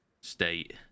state